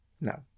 No